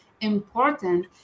important